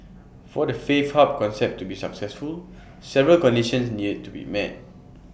for the faith hub concept to be successful several conditions near to be met